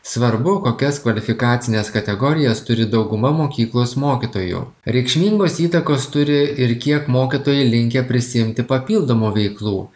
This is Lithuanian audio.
svarbu kokias kvalifikacines kategorijas turi dauguma mokyklos mokytojų reikšmingos įtakos turi ir kiek mokytojai linkę prisiimti papildomų veiklų